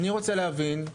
אין לי בעיה,